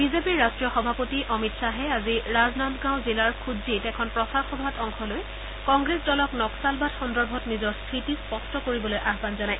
বিজেপিৰ ৰাট্টীয় সভাপতি অমিত খাহে আজি ৰাজনন্দগাঁও জিলাৰ খুজ্জিত এখন প্ৰচাৰ সভাত অংশ লৈ কংগ্ৰেছ দলক নক্সালবাদ সন্দৰ্ভত নিজৰ স্থিতি স্পষ্ট কৰিবলৈ আহান জনায়